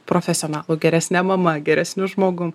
profesionalų geresne mama geresniu žmogum